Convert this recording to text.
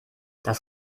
das